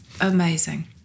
amazing